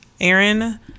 Aaron